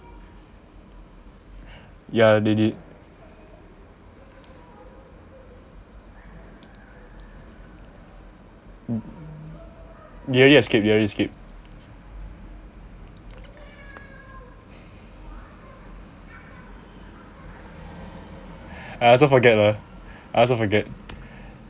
ya they did they already escape they already escape I also forget lah I also forget